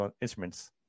instruments